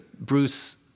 Bruce